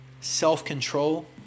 self-control